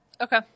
Okay